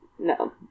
No